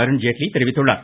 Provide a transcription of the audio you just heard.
அருண்ஜேட்லி தெரிவித்துள்ளார்